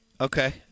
Okay